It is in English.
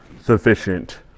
sufficient